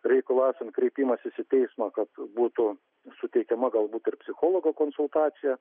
reikalui esant kreipimasis į teismą kad būtų suteikiama galbūt ir psichologo konsultacija